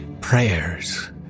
prayers